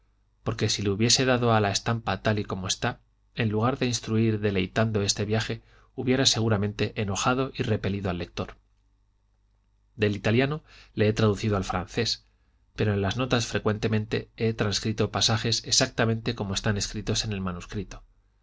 porque si le hubiese dado a la estampa tal y como está en lugar de instruir deleitando este viaje hubiera seguramente enojado y repelido al lector del italiano le he traducido al francés pero en las notas frecuentemente he transcrito pasajes exactamente como están escritos en el manuscrito